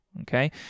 Okay